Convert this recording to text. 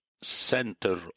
center